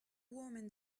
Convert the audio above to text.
woman